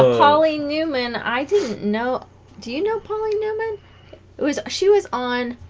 holly newman i didn't know do you know polly no man it was she was on